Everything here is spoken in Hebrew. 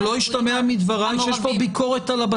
מצוין, שלא ישתמע מדבריי שיש פה ביקורת על הבט"פ.